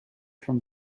from